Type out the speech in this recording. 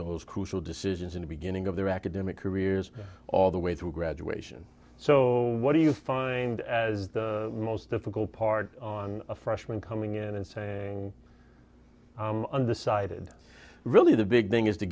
those crucial decisions in the beginning of their academic careers all the way through graduation so what do you find as the most difficult part on a freshman coming in and saying i'm undecided really the big thing is to